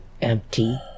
empty